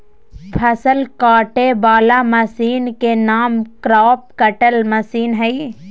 फसल काटे वला मशीन के नाम क्रॉप कटर मशीन हइ